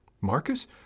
Marcus